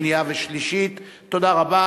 ארבעה בעד, שניים נגד, אחד נמנע.